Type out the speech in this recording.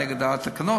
נגד התקנות.